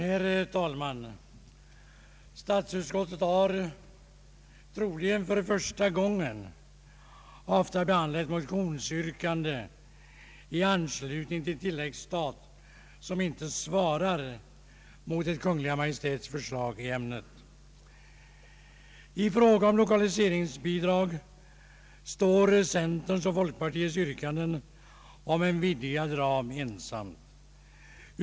Herr talman! Statsutskottet har — troligen för första gången — haft att behandla ett motionsyrkande i anslutning till tilläggsstat, som inte svarar mot eit Kungl. Maj:ts förslag i ämnet. I fråga om lokaliseringsbidrag står centerns och folkpartiets yrkande om en vidgad ram ensamt.